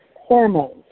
hormones